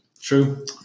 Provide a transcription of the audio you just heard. True